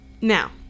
Now